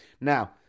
Now